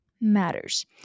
matters